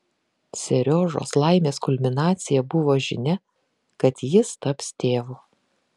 seriožos laimės kulminacija buvo žinia kad jis taps tėvu